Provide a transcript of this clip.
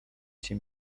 cię